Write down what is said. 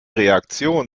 reaktion